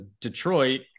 Detroit